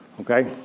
okay